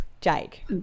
Jake